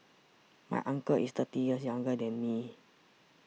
my uncle is thirty years younger than me